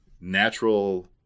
natural